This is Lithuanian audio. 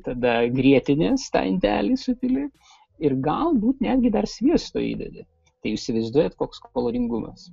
tada grietinės indelį supili ir galbūt netgi dar sviesto įdedi tai jūs įsivaizduojat koks kaloringumas